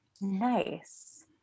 Nice